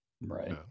Right